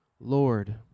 Lord